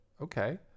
Okay